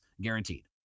guaranteed